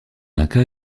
incas